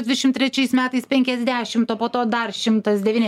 dvidešim trečiais metais penkiasdešimt o po to dar šimtas devyni